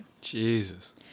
Jesus